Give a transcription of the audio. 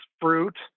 fruit